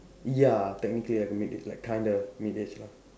ya technically I can made it like kinda made this lah